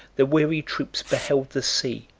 the weary troops beheld the sea,